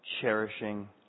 cherishing